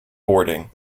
boarding